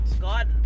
God